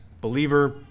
Believer